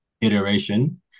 iteration